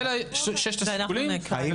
אלה ששת השיקולים.